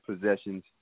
possessions